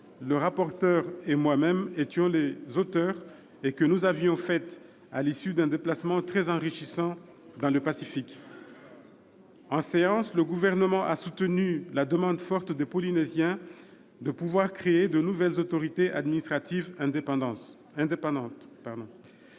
le rapporteur et moi-même étions les auteurs et que nous avions formulées à l'issue d'un déplacement très enrichissant dans le Pacifique. En séance, le Gouvernement a soutenu la demande forte des Polynésiens de pouvoir créer de nouvelles autorités administratives indépendantes.